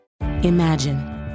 Imagine